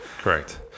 Correct